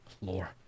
Lore